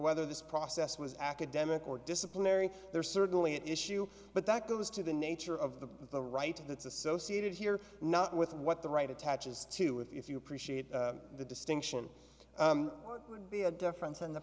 whether this process was academic or disciplinary there's certainly an issue but that goes to the nature of the the right that's associated here not with what the right attaches to if you appreciate the distinction would be a difference in the